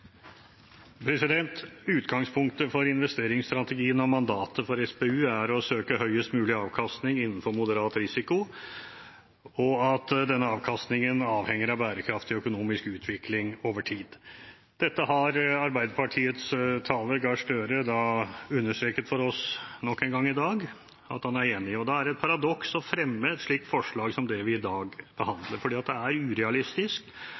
å søke høyest mulig avkastning innenfor moderat risiko og at denne avkastningen avhenger av bærekraftig og økonomisk utvikling over tid. Dette har Arbeiderpartiets taler, Gahr Støre, understreket for oss nok en gang i dag at han er enig i. Da er det et paradoks å fremme et slikt forslag som det vi i dag behandler, for det er urealistisk